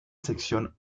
sección